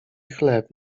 chleb